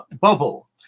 bubble